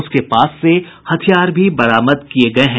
उसके पास से हथियार भी बरामद किये गये हैं